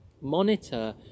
monitor